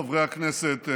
חברי הכנסת,